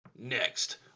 Next